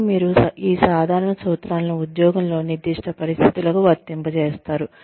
కానీ మీరు ఈ సాధారణ సూత్రాలను ఉద్యోగంలో నిర్దిష్ట పరిస్థితులకు వర్తింపజేస్తారు